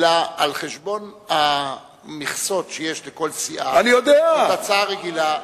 אלא על חשבון המכסות שיש לכל סיעה, עם הצעה רגילה.